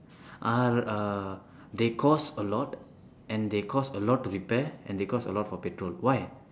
are uh they cost a lot and they cost a lot to repair and they cost a lot for petrol why